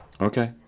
Okay